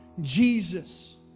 Jesus